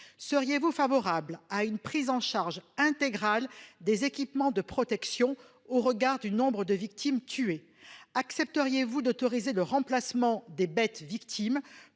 êtes-vous favorable à une prise en charge intégrale des équipements de protection, au vu du nombre de victimes ? Accepteriez-vous d'autoriser le remplacement des animaux tués